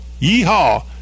yeehaw